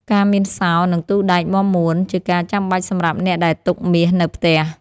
ការមានសោ និងទូដែកមាំមួន ជាការចាំបាច់សម្រាប់អ្នកដែលទុកមាសនៅផ្ទះ។